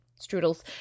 strudels